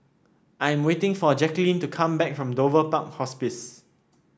I am waiting for Jackeline to come back from Dover Park Hospice